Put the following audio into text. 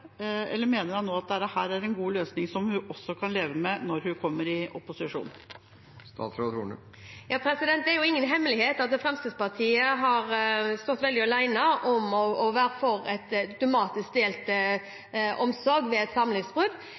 eller mener hun at dette er en god løsning, som hun også kan leve med når hun kommer i opposisjon? Det er ingen hemmelighet at Fremskrittspartiet har stått veldig alene om å være for automatisk delt omsorg ved